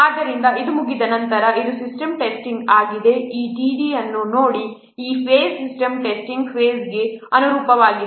ಆದ್ದರಿಂದ ಇದು ಮುಗಿದ ನಂತರ ಇದು ಸಿಸ್ಟಮ್ ಟೆಸ್ಟಿಂಗ್ ಆಗಿದೆ ಈ T D ಅನ್ನು ನೋಡಿ ಈ ಫೇಸ್ ಸಿಸ್ಟಮ್ ಟೆಸ್ಟಿಂಗ್ ಫೇಸ್ಗೆ ಅನುರೂಪವಾಗಿದೆ